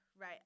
right